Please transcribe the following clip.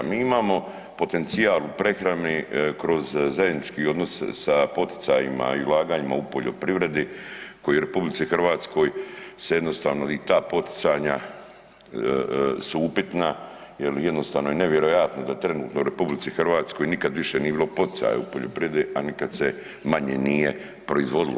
Mi imamo potencijal u prehrani kroz zajednički odnos sa poticajima i ulaganjima u poljoprivredi koji u RH se jednostavno i ta poticanja su upitna jel jednostavno je nevjerojatno da trenutno u RH nikad više nije bilo poticaja u poljoprivredi, a nikad se nije manje proizvodilo.